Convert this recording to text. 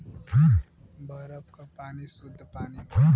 बरफ क पानी सुद्ध पानी होला